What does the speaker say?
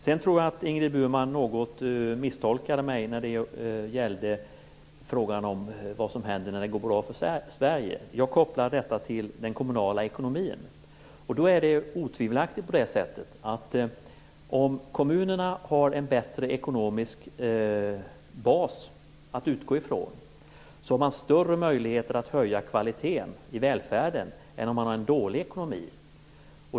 Sedan tror jag att Ingrid Burman misstolkade mig något när det gällde frågan vad som händer när det går bra för Sverige. Jag kopplade detta till den kommunala ekonomin. Då är det otvivelaktigt så att om kommunerna har en bättre ekonomisk bas att utgå från har de större möjligheter att höja kvaliteten i välfärden än om de har en dålig ekonomi.